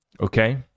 Okay